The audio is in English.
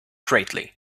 greatly